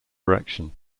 direction